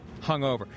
hungover